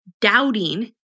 doubting